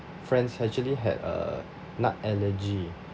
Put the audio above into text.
friends actually had a nut allergy